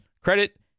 credit